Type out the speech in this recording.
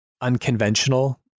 unconventional